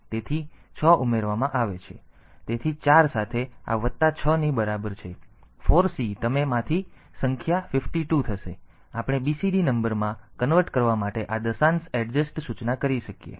તેથી 6 ઉમેરવામાં આવે છે તેથી 4 સાથે આ વત્તા 6 ની બરાબર છે તેથી 4 c તમે માંથી સંખ્યા 52 થશે જેથી આપણે BCD નંબરમાં કન્વર્ટ કરવા માટે આ દશાંશ એડજસ્ટ સૂચના કરી શકીએ